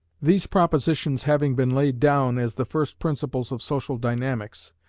these propositions having been laid down as the first principles of social dynamics,